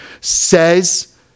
says